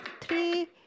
three